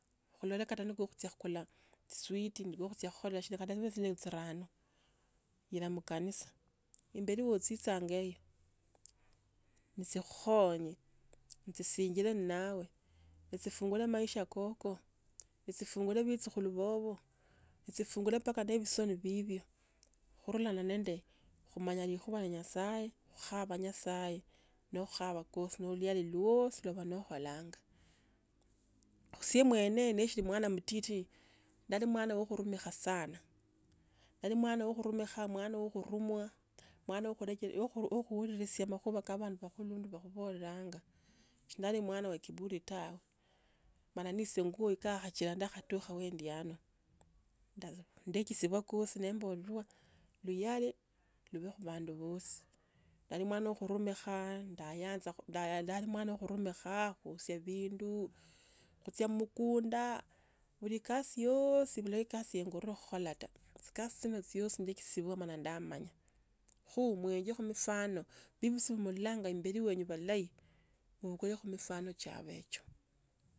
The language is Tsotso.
Khulole kata khu khuchia khukula chiswiti chyo onyola khukhola shina kata shibe shilingi chirano ila mukanisa, imbeli ochichanga hiyo nechikukhonye nechisinjile ninawe, etsi chifungule maisha koko, etsifungule bechukhulu bobo, echifungule paka nebusoni bibyo. khurulana nende khumanyana ne likhuwa lya nyasaye. Khumanya nyasaye no khukhaba kosi no oluyali lwosi noba no okholanga. Oitse mwene ne shili mwana mutiti ndali mwana wo khurumika sana, ndali mwana wo khurumika mwana wo khurumwa mwana wo khu khulusya makhuwa ka bandu bakhulundu bakhubolanga. Si ndale mwana we kiburi tawe. Mala nesinguo chiakha kila nakhatukha endi ano. Nda ndechisibya kosi nembolwa, luyali lubee khubandu bosi. Nali mwano khurumikha ndayanza kho nda ndali mwana we khurumika kha khuosya vindu, khuchia mumukunda buli kasi yosi bulao ikasi ye korwa khukola ta chikasi chino chyosi ndechikibiswa na ndamanya. Khe muikye mfano, bebusi be mulolanga imbeli wowo bulayi mubekho mifano chebyo icho.